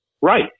Right